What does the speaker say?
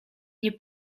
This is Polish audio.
nie